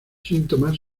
síntomas